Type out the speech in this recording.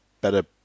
better